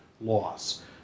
loss